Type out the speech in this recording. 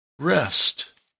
Rest